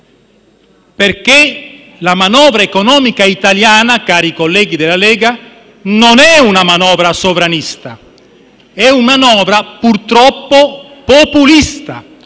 Perché la manovra economica italiana, cari colleghi della Lega, non è una manovra sovranista, ma è purtroppo una